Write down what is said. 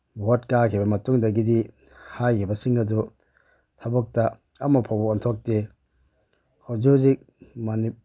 boat ꯀꯥꯈꯤꯕ ꯃꯇꯨꯡꯗꯒꯤꯗꯤ ꯍꯥꯏꯈꯤꯕꯁꯤꯡ ꯑꯗꯨ ꯊꯕꯛꯇ ꯑꯃ ꯐꯥꯎꯕ ꯑꯣꯟꯊꯣꯛꯇꯦ ꯍꯧꯖꯤꯛ ꯍꯧꯖꯤꯛ